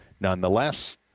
nonetheless